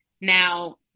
Now